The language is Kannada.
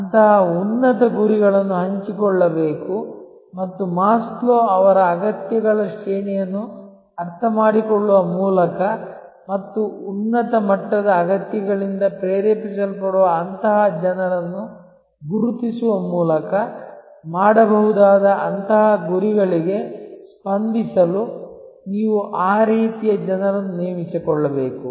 ಅಂತಹ ಉನ್ನತ ಗುರಿಗಳನ್ನು ಹಂಚಿಕೊಳ್ಳಬೇಕು ಮತ್ತು ಮಾಸ್ಲೊ ಅವರ ಅಗತ್ಯಗಳ ಶ್ರೇಣಿಯನ್ನು ಅರ್ಥಮಾಡಿಕೊಳ್ಳುವ ಮೂಲಕ ಮತ್ತು ಉನ್ನತ ಮಟ್ಟದ ಅಗತ್ಯಗಳಿಂದ ಪ್ರೇರೇಪಿಸಲ್ಪಡುವ ಅಂತಹ ಜನರನ್ನು ಗುರುತಿಸುವ ಮೂಲಕ ಮಾಡಬಹುದಾದ ಅಂತಹ ಗುರಿಗಳಿಗೆ ಸ್ಪಂದಿಸಲು ನೀವು ಆ ರೀತಿಯ ಜನರನ್ನು ನೇಮಿಸಿಕೊಳ್ಳಬೇಕು